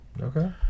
okay